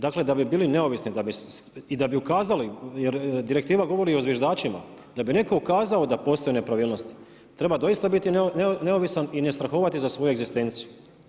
Dakle, da bi bili neovisni i da bi ukazali, jer direktiva govori o zviždačima, da bi netko ukazao da postoji nepravilnost, treba doista biti neovisan i ne strahovati za svoju egzistenciju.